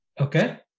Okay